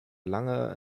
lange